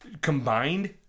Combined